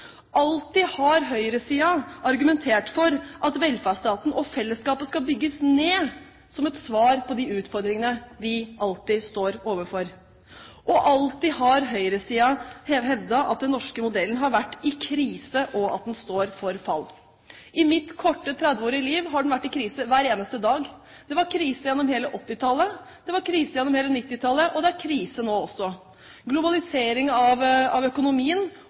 Alltid har høyresiden argumentert for at velferdsstaten og fellesskapet skal bygges ned, som et svar på de utfordringene vi alltid står overfor. Og alltid har høyresiden hevdet at den norske modellen har vært i krise og at den står for fall. I mitt korte 30-årige liv har den vært i krise hver eneste dag. Det var krise gjennom hele 1980-tallet, det var krise gjennom hele 1990-tallet, og det er krise nå også. Globalisering av økonomien,